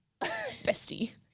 Bestie